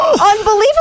Unbelievable